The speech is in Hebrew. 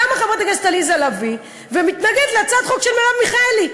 קמה חברת הכנסת עליזה לביא ומתנגדת להצעת החוק של מרב מיכאלי,